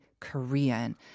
Korean